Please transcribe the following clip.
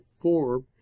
four